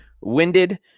winded